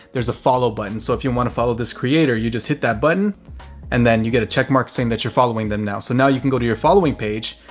there's a follow button. so if you want to follow this creator, you just hit that button and then you get a check mark saying that you're following them now. so now you can go to your following page,